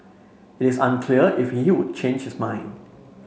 it is unclear if you changes mind